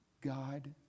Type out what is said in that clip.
god